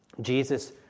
Jesus